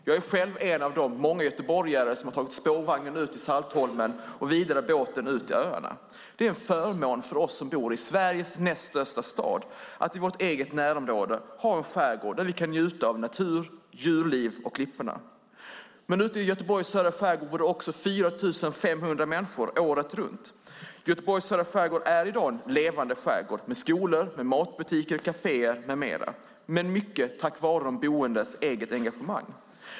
Jag är själv en av de många göteborgare som har tagit spårvagnen ut till Saltholmen och båten vidare ut till öarna. Det är en förmån för oss som bor i Sveriges näst största stad att i vårt eget närområde ha en skärgård där vi kan njuta av natur, djurliv och klipporna. Men i Göteborgs södra skärgård bor det också 4 500 människor året runt. Göteborgs södra skärgård är i dag en levande skärgård med skolor, matbutiker, kaféer med mera, mycket tack vare de boendes eget engagemang.